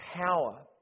power